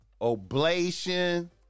Oblation